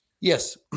Yes